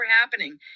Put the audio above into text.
happening